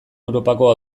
europako